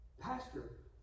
Pastor